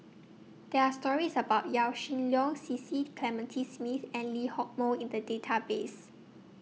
There Are stories about Yaw Shin Leong Cecil Clementi Smith and Lee Hock Moh in The Database